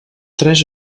tres